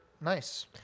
nice